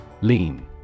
Lean